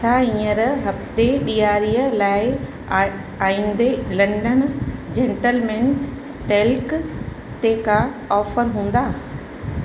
छा हींअर हफ़्ते ॾियारीअ लाइ आहे आईंदे लंडन जेंटलमैन टैल्क ते का ऑफर हूंदा